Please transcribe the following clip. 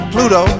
Pluto